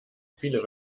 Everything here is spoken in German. viele